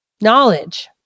knowledge